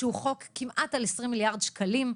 שהוא חוק על כמעט 20 מיליארד שקלים,